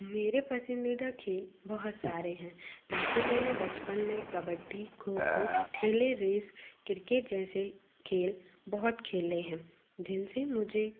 मेरे पसंदीदा खेल बहुत सारे हैं जैसे मैंने बचपन में kabaddi kho kho relay race cricket जैसे खेल बहुत खेले हैं जिनसे मुझे